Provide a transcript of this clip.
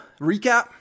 recap